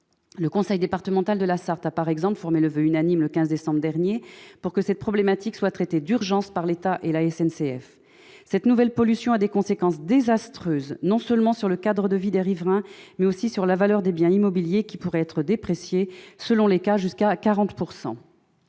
Le conseil départemental de la Sarthe a, par exemple, formé le voeu unanime, le 15 décembre dernier, que cette problématique soit traitée d'urgence par l'État et la SNCF. Cette nouvelle pollution a des conséquences désastreuses non seulement sur le cadre de vie des riverains, mais aussi sur la valeur des biens immobiliers, qui pourrait être dépréciée, selon les cas, jusqu'à 40 %.